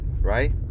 right